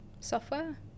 software